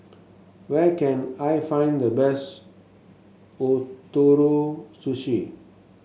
where can I find the best Ootoro Sushi